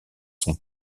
son